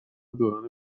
دوران